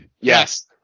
Yes